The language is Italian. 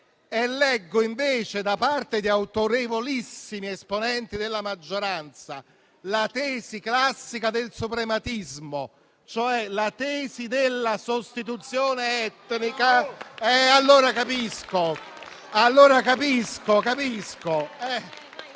leggo invece da parte di autorevolissimi esponenti della maggioranza la tesi classica del suprematismo, cioè la tesi della sostituzione etnica, allora capisco.